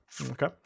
Okay